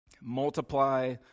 Multiply